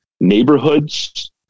neighborhoods